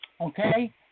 Okay